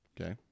Okay